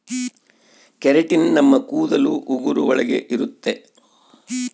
keratin ನಮ್ ಕೂದಲು ಉಗುರು ಒಳಗ ಇರುತ್ತೆ